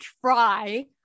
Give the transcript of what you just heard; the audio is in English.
try